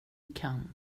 kan